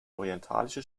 orientalische